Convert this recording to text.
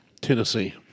Tennessee